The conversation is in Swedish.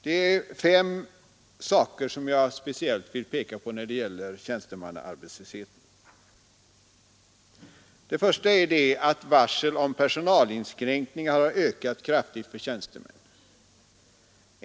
Det är fem saker som jag speciellt vill peka på när det gäller tjänstemannaarbetslösheten. Den första är att antalet varsel om personalinskränkningar har ökat kraftigt när det gäller tjänstemän.